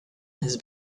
his